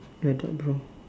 ya dark brown